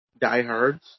diehards